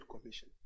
commission